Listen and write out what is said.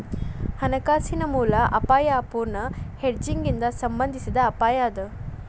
ಹಣಕಾಸಿನ ಮೂಲ ಅಪಾಯಾ ಅಪೂರ್ಣ ಹೆಡ್ಜಿಂಗ್ ಇಂದಾ ಸಂಬಂಧಿಸಿದ್ ಅಪಾಯ ಅದ